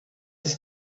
ist